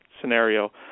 scenario